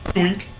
doink!